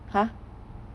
!huh!